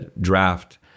draft